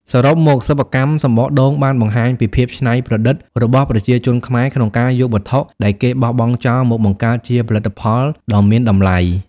សរុបមក សិប្បកម្មសំបកដូងបានបង្ហាញពីភាពច្នៃប្រឌិតរបស់ប្រជាជនខ្មែរក្នុងការយកវត្ថុដែលគេបោះបង់ចោលមកបង្កើតជាផលិតផលដ៏មានតម្លៃ។